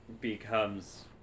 becomes